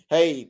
Hey